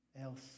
else